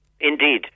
indeed